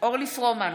אורלי פרומן,